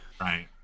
Right